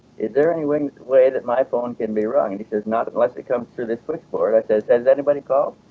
is there any way way that my phone can be rung? and he says not unless it comes through this switchboard i says has anybody called?